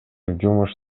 жумуш